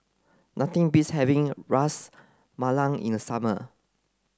nothing beats having Ras Malai in the summer